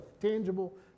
tangible